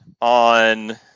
on